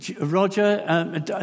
Roger